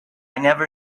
never